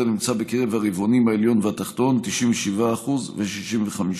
נמצא ברבעון העליון וברבעון התחתון (97% ו-65%)